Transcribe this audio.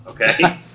okay